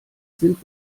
sind